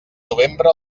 novembre